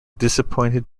disappointed